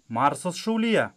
marsas šaulyje